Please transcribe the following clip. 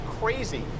crazy